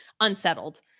unsettled